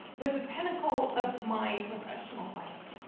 was the pinnacle of my professional life.